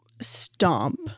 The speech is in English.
Stomp